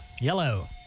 Yellow